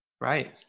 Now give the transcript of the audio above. Right